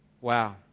Wow